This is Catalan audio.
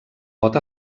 pot